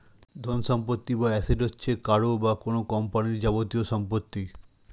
ধনসম্পত্তি বা অ্যাসেট হচ্ছে কারও বা কোন কোম্পানির যাবতীয় সম্পত্তি